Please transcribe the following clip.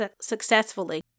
successfully